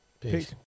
Peace